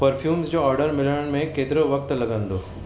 perfumes जो order मिलण में केतिरो वक़्तु लॻंदो